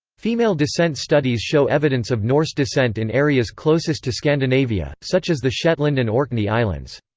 female descent studies show evidence of norse descent in areas closest to scandinavia, such as the shetland and orkney islands.